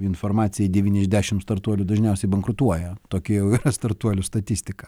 informacijai devyni iš dešim startuolių dažniausiai bankrutuoja tokia jau yra startuolių statistika